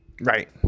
right